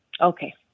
Okay